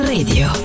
Radio